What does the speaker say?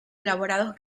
elaborados